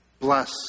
Bless